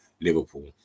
Liverpool